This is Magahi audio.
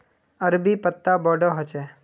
अरबी पत्ता बोडो होचे